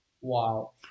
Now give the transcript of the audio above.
Wow